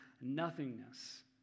nothingness